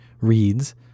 reads